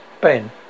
Ben